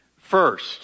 First